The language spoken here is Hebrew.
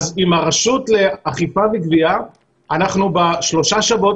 אז עם רשות האכיפה והגבייה אנחנו בשלושה שבועות